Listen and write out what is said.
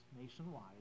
nationwide